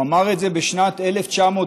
הוא אמר את זה בשנת 1955,